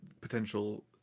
potential